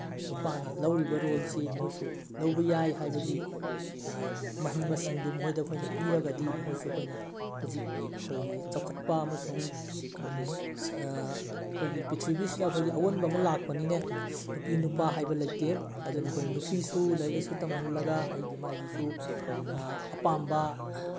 ꯅꯨꯄꯥꯅ ꯂꯧꯔꯤꯕ ꯔꯣꯜꯁꯤ ꯃꯣꯏꯁꯨ ꯂꯧꯕ ꯌꯥꯏ ꯍꯥꯏꯕꯒꯤ ꯃꯍꯩ ꯃꯁꯤꯡꯗꯨ ꯃꯣꯏꯗ ꯑꯩꯈꯣꯏꯅ ꯄꯤꯔꯒꯗꯤ ꯃꯣꯏꯁꯨ ꯑꯩꯈꯣꯏꯅ ꯍꯧꯖꯤꯛ ꯑꯩꯈꯣꯏꯒꯤ ꯆꯥꯎꯈꯠꯄ ꯑꯃꯁꯨꯡ ꯑꯩꯈꯣꯏꯒꯤ ꯄ꯭ꯔꯤꯊꯤꯕꯤꯁꯤꯗ ꯑꯩꯈꯣꯏꯒꯤ ꯑꯑꯣꯟꯕ ꯑꯃ ꯂꯥꯛꯄꯅꯤꯅꯦ ꯅꯨꯄꯤ ꯅꯨꯄꯥ ꯍꯥꯏꯕ ꯂꯩꯇꯦ ꯑꯗꯨꯅ ꯑꯩꯈꯣꯏꯅ ꯅꯨꯄꯤꯁꯨ ꯂꯥꯏꯔꯤꯛ ꯂꯥꯏꯁꯨ ꯇꯝꯍꯜꯂꯒ ꯍꯥꯏꯕꯗꯤ ꯃꯥꯒꯤꯁꯨ ꯑꯄꯥꯝꯕ